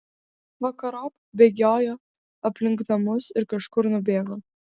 vakarop bėgiojo aplink namus ir kažkur nubėgo